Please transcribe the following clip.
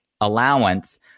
allowance